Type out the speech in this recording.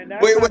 Wait